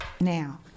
now